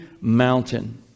mountain